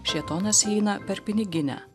šėtonas eina per piniginę